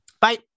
bye